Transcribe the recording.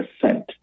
percent